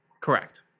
Correct